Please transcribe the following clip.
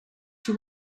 you